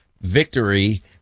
victory